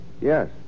Yes